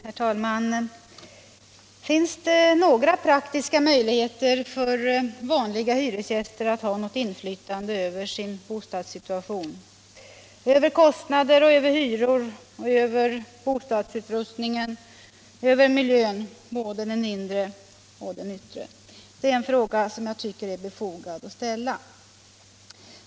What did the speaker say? Herr talman! Finns det några praktiska möjligheter för vanliga hyresgäster att ha något inflytande över sin bostadssituation, över kostnader, hyror, bostadsutrustning och miljö — både den inre och den yttre? Det är en fråga som det är befogat att ställa.